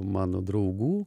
mano draugų